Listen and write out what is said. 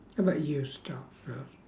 how about you start now